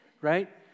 right